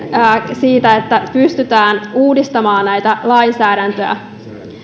siitä että pystytään uudistamaan lainsäädäntöä